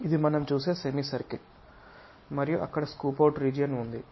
ఇది మనం చూసే సెమీ సర్కిల్ మరియు అక్కడ స్కూప్ అవుట్ రీజియన్ ఉంది